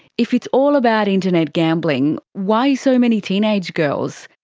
if it's all about internet gambling, why so many teenage girls?